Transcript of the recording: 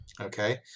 Okay